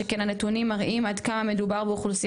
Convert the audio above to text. שכן הנתונים מראים עד כמה מדובר באוכלוסייה